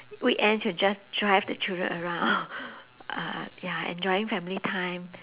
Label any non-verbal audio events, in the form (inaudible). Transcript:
weekends he will just drive the children around (laughs) uh ya enjoying family time